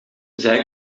zij